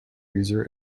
user